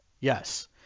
Yes